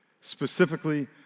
specifically